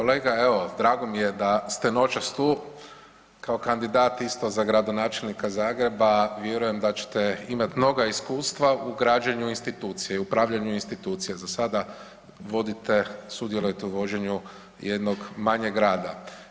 Kolega evo drago mi je da ste noćas tu kao kandidat isto za gradonačelnika Zagreba vjerujem da ćete imati mnoga iskustava u građenju institucija i upravljanju institucija, za sada vodite, sudjelujete u vođenju jednog manjeg grada.